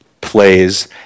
plays